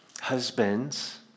husbands